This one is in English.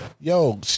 Yo